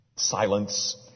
Silence